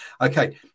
Okay